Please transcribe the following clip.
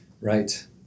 Right